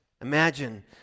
Imagine